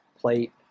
Plate